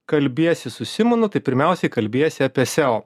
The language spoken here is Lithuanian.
kalbiesi su simonu tai pirmiausiai kalbiesi apie seo